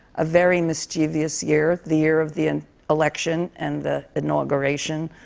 a very mischievous year the year of the and election and the inauguration.